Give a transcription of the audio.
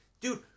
Dude